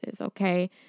okay